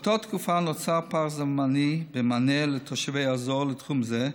באותה תקופה נוצר פער זמני במענה לתושבי האזור בתחום זה,